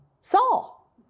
Saul